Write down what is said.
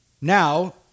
Now